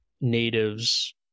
natives